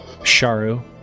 Sharu